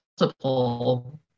multiple